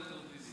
ד"ר טיבי,